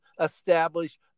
establish